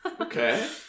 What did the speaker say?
Okay